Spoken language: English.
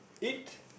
eat